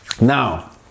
Now